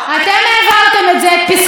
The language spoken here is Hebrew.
את פסקת ההתגברות,